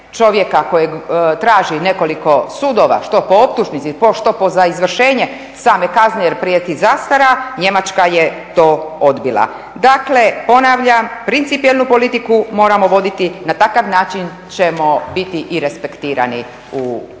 čovjeka kojeg traži nekoliko sudova što po optužnici, što po za izvršenje same kazne jer prijeti zastara Njemačka je to odbila. Dakle, ponavljam principijelnu politiku moramo vidjeti na takav način ćemo biti i respektirani u